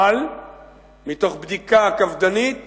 אבל מתוך בדיקה קפדנית